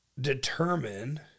determine